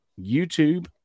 YouTube